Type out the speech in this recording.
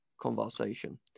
conversation